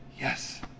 yes